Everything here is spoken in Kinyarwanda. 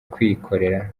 kwikorera